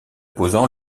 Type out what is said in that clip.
posant